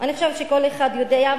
אני חושבת שכל אחד יודע,